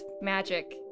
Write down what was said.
magic